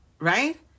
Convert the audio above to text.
Right